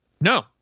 No